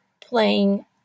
playing